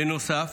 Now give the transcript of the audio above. בנוסף,